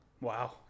wow